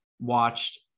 watched